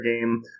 game